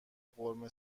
قرمه